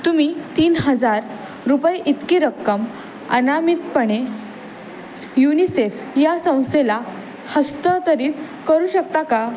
तुम्ही तीन हजार रुपये इतकी रक्कम अनामितपणे युनिसेफ या संस्थेला हस्तांतरित करू शकता का